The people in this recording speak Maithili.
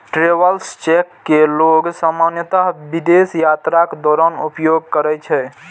ट्रैवलर्स चेक कें लोग सामान्यतः विदेश यात्राक दौरान उपयोग करै छै